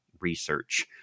research